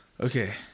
okay